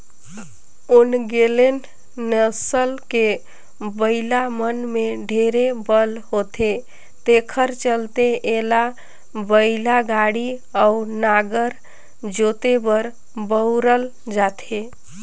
ओन्गेले नसल के बइला मन में ढेरे बल होथे तेखर चलते एला बइलागाड़ी अउ नांगर जोते बर बउरल जाथे